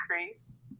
increase